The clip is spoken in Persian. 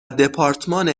دپارتمان